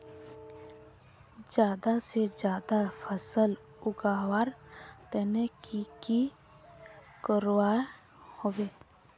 ज्यादा से ज्यादा फसल उगवार तने की की करबय होबे?